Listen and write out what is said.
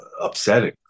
upsetting